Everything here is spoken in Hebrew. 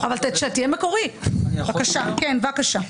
תעבורה ורכוש.